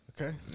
Okay